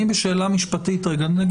אני בשאלה המשפטית כרגע.